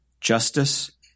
justice